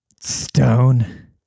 stone